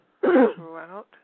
Throughout